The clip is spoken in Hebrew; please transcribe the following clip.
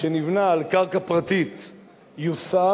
שנבנה על קרקע פרטית יוסר,